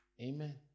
amen